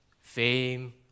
fame